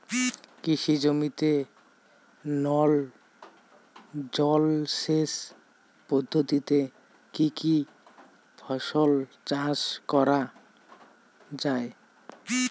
কৃষি জমিতে নল জলসেচ পদ্ধতিতে কী কী ফসল চাষ করা য়ায়?